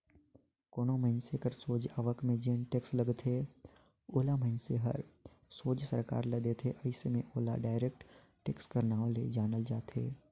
कोनो मइनसे कर सोझ आवक में जेन टेक्स लगथे ओला मइनसे हर सोझ सरकार ल देथे अइसे में ओला डायरेक्ट टेक्स कर नांव ले जानल जाथे